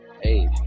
hey